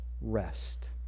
rest